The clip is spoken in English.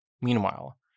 Meanwhile